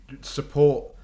support